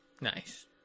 Nice